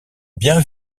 bien